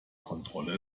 kontrolle